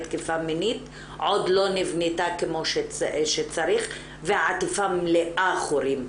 תקיפה מינית עוד לא נבנתה כמו שצריך והעטיפה מלאה חורים,